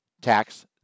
tax